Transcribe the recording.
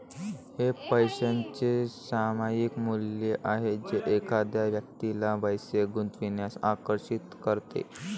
हे पैशाचे सामायिक मूल्य आहे जे एखाद्या व्यक्तीला पैसे गुंतवण्यास आकर्षित करते